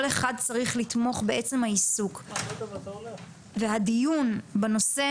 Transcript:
כל אחד צריך לתמוך בעצם העיסוק והדיון בנושא